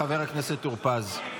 חבר הכנסת טור פז.